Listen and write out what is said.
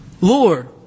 Lord